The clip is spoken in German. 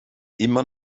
immer